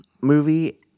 movie